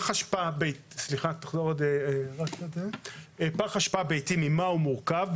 ממה מורכב פח אשפה ביתי?